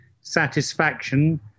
satisfaction